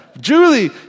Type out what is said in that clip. Julie